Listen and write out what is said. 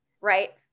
right